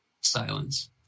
Silence